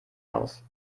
aus